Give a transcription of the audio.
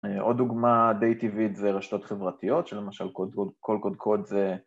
עוד דוגמה די טבעית זה רשתות חברתיות שלמשל כל קודקוד זה